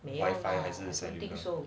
wifi 还是 sending so